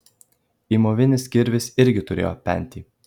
įmovinis kirvis irgi turėjo pentį